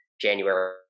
January